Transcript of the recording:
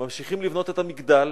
ממשיכים לבנות את המגדל,